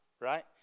right